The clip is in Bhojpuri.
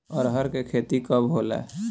अरहर के खेती कब होला?